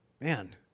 Man